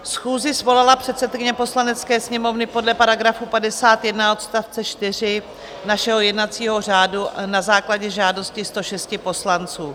Schůzi svolala předsedkyně Poslanecké sněmovny podle § 51 odst. 4 našeho jednacího řádu na základě žádosti 106 poslanců.